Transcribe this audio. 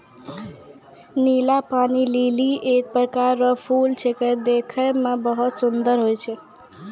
नीला पानी लीली एक प्रकार रो फूल छेकै देखै मे सुन्दर हुवै छै